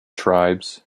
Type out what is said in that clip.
tribes